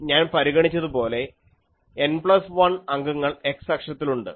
മുൻപ് ഞാൻ പരിഗണിച്ചത് പോലെ N പ്ലസ് 1 അംഗങ്ങൾ x അക്ഷത്തിലുണ്ട്